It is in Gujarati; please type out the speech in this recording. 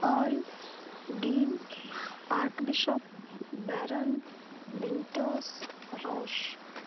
ઓલ ડિમ આર્કબીશોપ્ બેરંટ વીંટર્સ રોશ